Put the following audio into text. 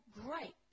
great